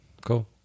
cool